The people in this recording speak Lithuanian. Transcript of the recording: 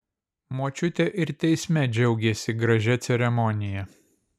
močiutė ir teisme džiaugėsi gražia ceremonija